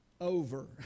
over